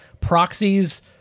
proxies